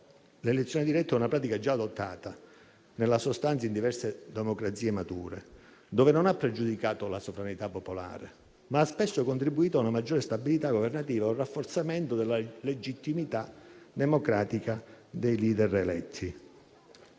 l'elezione diretta è una pratica già adottata nella sostanza in diverse democrazie mature, dove non ha pregiudicato la sovranità popolare, ma ha spesso contribuito a una maggiore stabilità governativa e a un rafforzamento della legittimità democratica dei *leader* eletti.